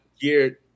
geared